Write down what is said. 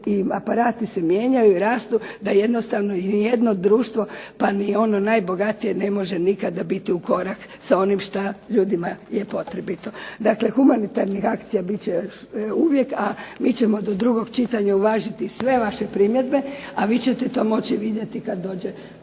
i aparati se mijenjaju i rastu da jednostavno ni jedno društvo, pa ni ono najbogatije ne može biti ukorak sa onim što ljudima je potrebito. Dakle, humanitarnih akcija biti će još uvijek a mi ćemo do drugog čitanja uvažiti sve vaše primjedbe, a vi ćete moći vidjeti kada dođe